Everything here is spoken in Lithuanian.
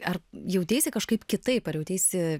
ar jauteisi kažkaip kitaip ar jauteisi